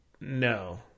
No